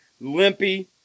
Limpy